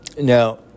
Now